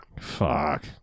fuck